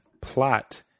plot